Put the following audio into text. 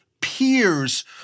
peers